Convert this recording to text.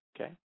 Okay